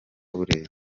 burera